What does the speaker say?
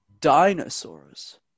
dinosaurs